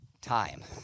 time